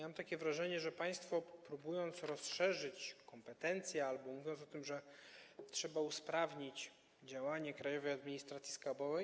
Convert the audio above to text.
Mam takie wrażenie, że państwo, próbując rozszerzyć kompetencje, albo mówiąc o tym, że trzeba usprawnić jej działanie, Krajowej Administracji Skarbowej.